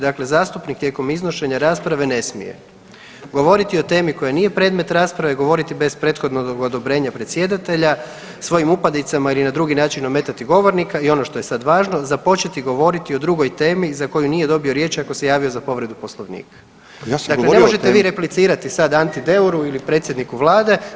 Dakle, „Zastupnik tijekom iznošenja rasprave ne smije govoriti o temi koja nije predmet rasprave, govoriti bez prethodnog odobrenja predsjedatelja, svojim upadicama ili na drugi način ometati govornika,“ i ono što je sada važno „započeti govoriti o drugoj temi za koju nije dobio riječ ako se javio za povredu Poslovnika.“ Dakle, ne možete vi replicirati sada Anti Deuru ili predsjedniku Vlade.